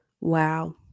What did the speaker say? Wow